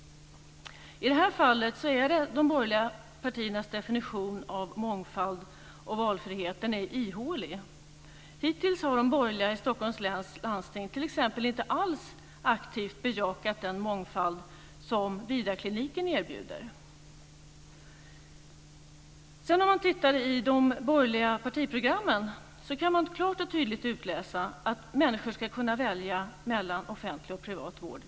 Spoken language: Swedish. I det här fallet är de borgerliga partiernas definition av mångfald och valfrihet ihålig. Hittills har de borgerliga i Stockholms läns landsting t.ex. inte alls aktivt bejakat den mångfald som Vidarkliniken erbjuder. När man tittar i de borgerliga partiprogrammen kan man klart och tydligt utläsa att människor ska kunna välja mellan offentlig och privat vård.